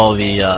ah the